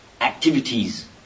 activities